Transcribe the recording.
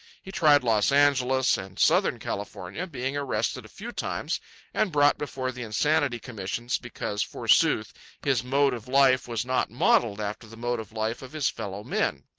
he tried los angeles and southern california, being arrested a few times and brought before the insanity commissions because, forsooth, his mode of life was not modelled after the mode of life of his fellow-men.